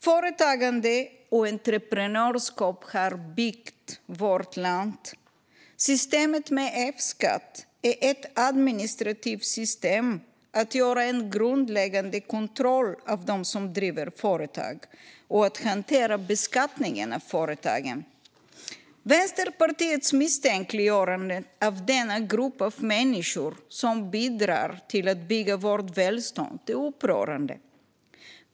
Företagande och entreprenörskap har byggt vårt land. Systemet med Fskatt är ett administrativt system för att göra en grundläggande kontroll av dem som driver företag och att hantera beskattningen av företagen. Vänsterpartiets misstänkliggörande av denna grupp av människor som bidrar till att bygga vårt välstånd är upprörande.